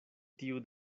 tiu